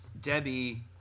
Debbie